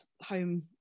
home